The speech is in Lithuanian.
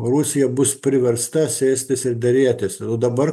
rusija bus priversta sėstis ir derėtis o dabar